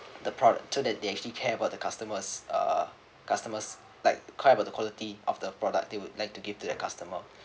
the product so that they actually care about the customers uh customers like care about the quality of the product they would like to give to the customer